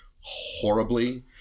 Horribly